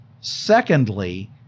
Secondly